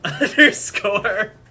underscore